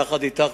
יחד אתך,